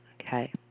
Okay